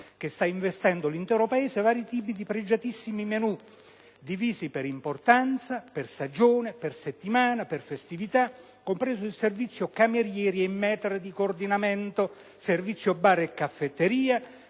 che sta investendo l'intero Paese, vari tipi di pregiatissimi menu, divisi per importanza, stagione, settimana e festività, compresi il servizio camerieri e *maître* di coordinamento, il servizio bar e caffetteria,